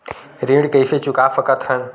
ऋण कइसे चुका सकत हन?